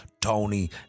Tony